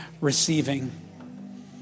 receiving